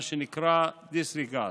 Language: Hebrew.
מה שנקרא דיסרגרד.